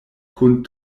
kun